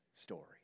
story